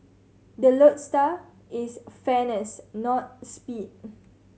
the lodestar is fairness not speed